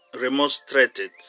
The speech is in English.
remonstrated